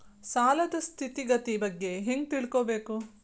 ಸಾಲದ್ ಸ್ಥಿತಿಗತಿ ಬಗ್ಗೆ ಹೆಂಗ್ ತಿಳ್ಕೊಬೇಕು?